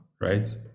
right